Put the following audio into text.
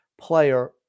player